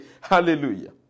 Hallelujah